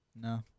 No